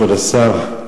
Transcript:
כבוד השר,